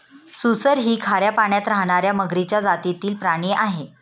सुसर ही खाऱ्या पाण्यात राहणार्या मगरीच्या जातीतील प्राणी आहे